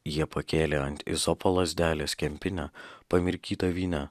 jie pakėlė ant izopo lazdelės kempinę pamirkytą vyne